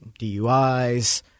DUIs